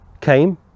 came